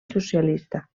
socialista